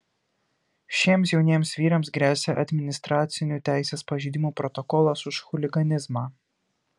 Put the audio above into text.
šiems jauniems vyrams gresia administracinių teisės pažeidimų protokolas už chuliganizmą